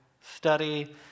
study